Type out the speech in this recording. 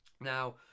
Now